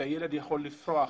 על כך שהילד יכול לפרוח,